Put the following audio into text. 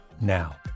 now